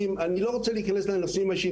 אני לא רוצה להיכנס לאירועים אישיים.